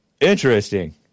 Interesting